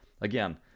again